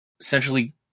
Essentially